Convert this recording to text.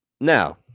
Now